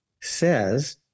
says